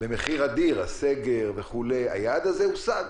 במחיר אדיר הסגר וכו' הושג.